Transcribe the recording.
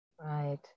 right